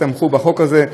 שתמכו בחוק הזה,